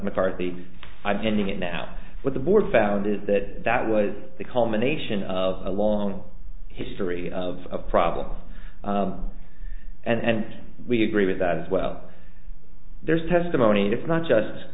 mccarthy i'm ending it now with the board found it that that was the culmination of a long history of a problem and we agree with that as well there's testimony if not just